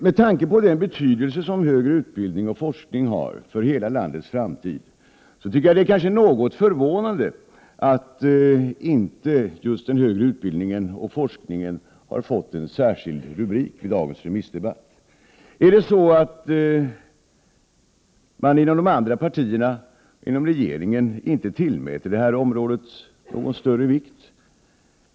Med tanke på den betydelse för hela landets framtid som högre utbildning och forskning har anser jag det vara något förvånande att inte just den högre utbildningen och forskningen har fått en särskild rubrik i dagens allmänpolitiska debatt. Tillmäter man inte inom de andra partierna, inom regeringen det här området någon större vikt?